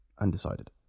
Undecided